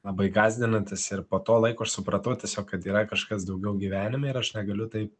labai gąsdinantis ir po to laiko aš supratau tiesiog kad yra kažkas daugiau gyvenime ir aš negaliu taip